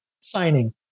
signing